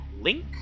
link